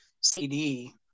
CD